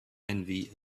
envy